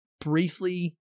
briefly